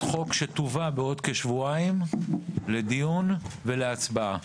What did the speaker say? החוק שתובא בעוד כשבועיים לדיון ולהצבעה,